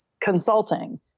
consulting